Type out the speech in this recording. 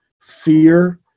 fear